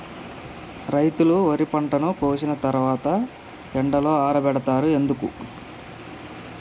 రైతులు వరి పంటను కోసిన తర్వాత ఎండలో ఆరబెడుతరు ఎందుకు?